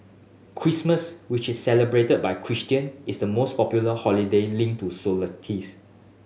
Christmas which is celebrated by Christian is the most popular holiday linked to solstice